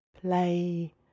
play